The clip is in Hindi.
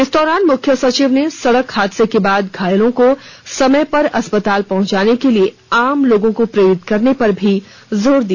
इस दौरान मुख्य सचिव ने सड़क हादसे के बाद घायलों को समय पर अस्पताल पहुंचाने के लिए आम लोगों को प्रेरित करने पर जोर दिया